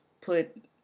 put